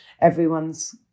everyone's